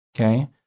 okay